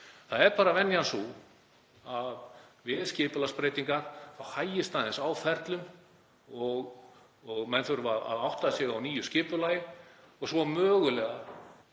er bara sú að við skipulagsbreytingar hægist aðeins á ferlum. Menn þurfa að átta sig á nýju skipulagi og svo mögulega